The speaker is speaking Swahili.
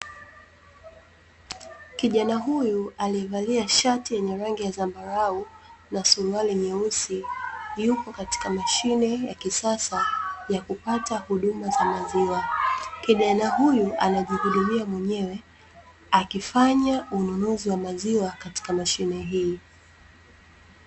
Kijana huyu alievalia shati yenye rangi ya zambarau na suruali myeusi , yupo katika mashine ya kisasa ya kupata huduma ya maziwa . Kijana huyu anajihudumia mwenyewe akifanya ununuzi wa maziwa katika mashine hii.